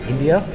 India